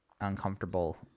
uncomfortable